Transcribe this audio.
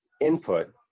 input